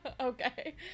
okay